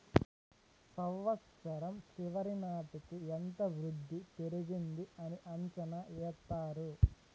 సంవచ్చరం చివరి నాటికి ఎంత వృద్ధి పెరిగింది అని అంచనా ఎత్తారు